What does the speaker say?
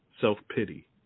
self-pity